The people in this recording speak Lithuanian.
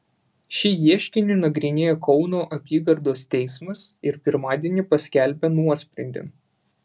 šį ieškinį nagrinėjo kauno apygardos teismas ir pirmadienį paskelbė nuosprendį